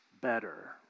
better